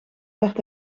werd